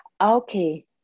Okay